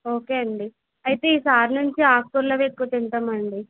ఒకే అండి అయితే ఈసారి నుంచి ఆకుకూరలు అవి ఎక్కువ తింటామండి